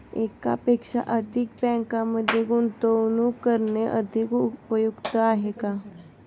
एकापेक्षा अधिक बँकांमध्ये गुंतवणूक करणे अधिक उपयुक्त आहे का?